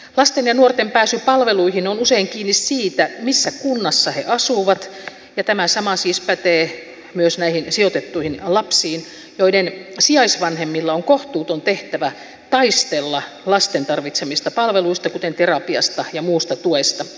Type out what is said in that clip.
lasten ja nuorten pääsy palveluihin on usein kiinni siitä missä kunnassa he asuvat ja tämä sama siis pätee myös näihin sijoitettuihin lapsiin joiden sijaisvanhemmilla on kohtuuton tehtävä taistella lasten tarvitsemista palveluista kuten terapiasta ja muusta tuesta